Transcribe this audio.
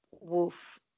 Wolf